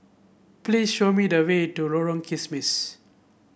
please show me the way to Lorong Kismis